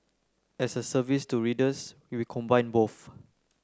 as a service to readers we combine both